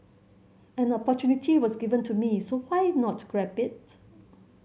an opportunity was given to me so why not grab it